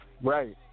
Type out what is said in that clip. Right